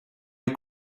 you